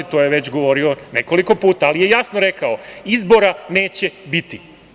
O tome je već govorio nekoliko puta, ali je jasno rekao – izbora neće biti.